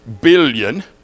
billion